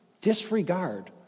disregard